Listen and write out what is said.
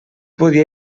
podia